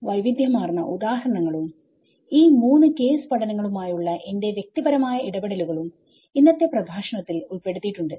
വൈവിധ്യമാർന്ന ഉദാഹരണങ്ങളും ഈ 3 കേസ് പഠനങ്ങളുമായുള്ള എന്റെ വ്യക്തിപരമായ ഇടപെടലുകളും ഇന്നത്തെ പ്രഭാഷണത്തിൽ ഉൾപ്പെടുത്തിയിട്ടുണ്ട്